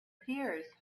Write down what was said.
fears